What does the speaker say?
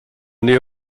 nähe